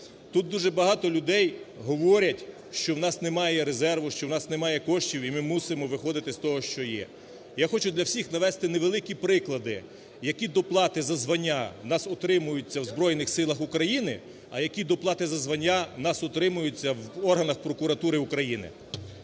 Тут дуже багато людей говорять, що в нас немає резерву, що в нас немає коштів і ми мусимо виходити з того, що є. Я хочу для всіх навести невеликі приклади, які доплати за звання у нас отримуються в Збройних Силах України, а які доплати за звання у нас отримуються в органах прокуратури України.